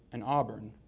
and auburn.